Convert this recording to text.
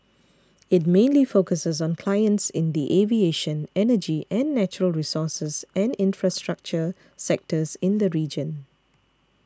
it mainly focuses on clients in the aviation energy and natural resources and infrastructure sectors in the region